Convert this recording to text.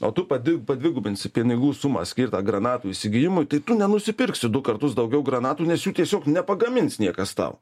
o tu padvi padvigubinsi pinigų sumą skirtą granatų įsigijimui tai tu nenusipirksi du kartus daugiau granatų nes jų tiesiog nepagamins niekas tau